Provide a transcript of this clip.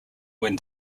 when